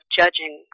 judging